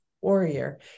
warrior